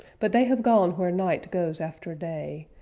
but they have gone where night goes after day,